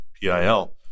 PIL